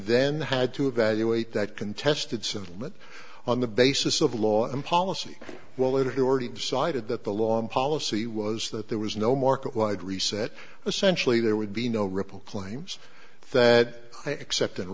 then had to evaluate that contestants of that on the basis of law and policy well if you already decided that the law and policy was that there was no market wide reset essentially there would be no ripple claims that except in